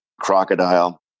Crocodile